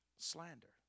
slander